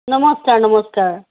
নমস্কাৰ নমস্কাৰ